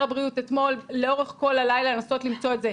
הבריאות אתמול לאורך כל הלילה לנסות למצוא דרך,